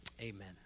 amen